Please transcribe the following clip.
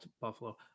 Buffalo